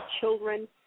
children